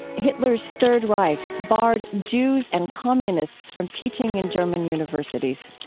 hitler's third reich barred jews and communists from teaching in german universities.